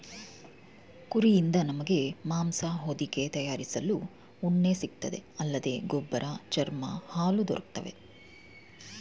ಕುರಿಯಿಂದ ನಮಗೆ ಮಾಂಸ ಹೊದಿಕೆ ತಯಾರಿಸಲು ಉಣ್ಣೆ ಸಿಗ್ತದೆ ಅಲ್ಲದೆ ಗೊಬ್ಬರ ಚರ್ಮ ಹಾಲು ದೊರಕ್ತವೆ